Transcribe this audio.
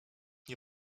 nie